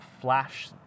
flash